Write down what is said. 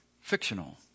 fictional